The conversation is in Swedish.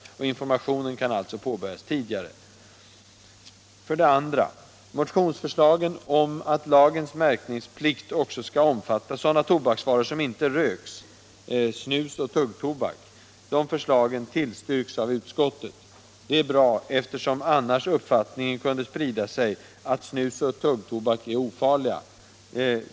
Informationen kan alltså påbörjas tidigare. 2. Motionsförslagen om att lagens märkningsplikt också skall omfatta sådana tobaksvaror som inte röks — snus och tuggtobak — tillstyrks av utskottet. Det är bra, eftersom annars uppfattningen kunde sprida sig att snus och tuggtobak är ofarliga.